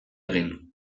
egin